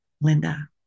Linda